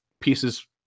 pieces